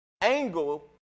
angle